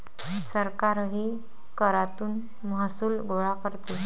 सरकारही करातून महसूल गोळा करते